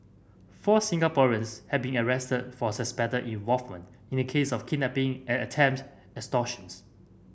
four Singaporeans have been arrested for suspected involvement in a case of kidnapping and attempted extortions